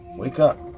wake up.